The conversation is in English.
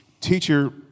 Teacher